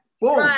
boom